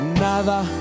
Nada